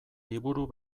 liburu